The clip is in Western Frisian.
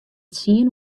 tsien